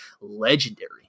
legendary